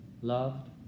loved